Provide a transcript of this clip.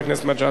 בבקשה, אדוני.